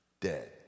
dead